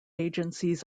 agencies